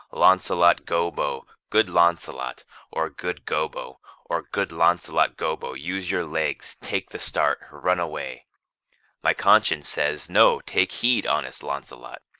launcelot gobbo, good launcelot' or good gobbo or good launcelot gobbo, use your legs, take the start, run away my conscience says no take heed, honest launcelot,